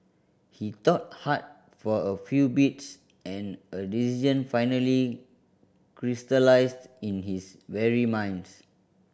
he thought hard for a few beats and a decision finally crystallised in his weary mind